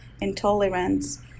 intolerance